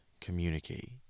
communicate